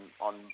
on